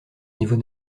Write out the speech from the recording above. niveau